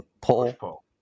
pull